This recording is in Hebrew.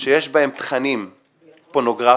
שיש בהם תכנים פורנוגרפיים,